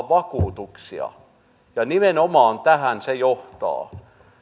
vakuutuksia ja nimenomaan tähän se johtaa